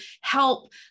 help